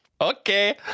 okay